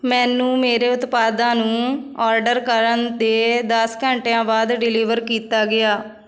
ਮੈਨੂੰ ਮੇਰੇ ਉਤਪਾਦਾਂ ਨੂੰ ਔਡਰ ਕਰਨ ਦੇ ਦਸ ਘੰਟਿਆਂ ਬਾਅਦ ਡਿਲੀਵਰ ਕੀਤਾ ਗਿਆ